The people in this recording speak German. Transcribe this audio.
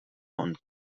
und